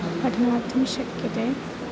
तद् मातुं शक्यते